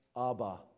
Abba